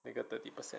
那个 thirty percent